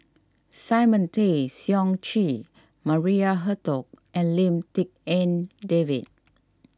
Simon Tay Seong Chee Maria Hertogh and Lim Tik En David